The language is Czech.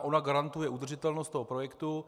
Ona garantuje udržitelnost projektu.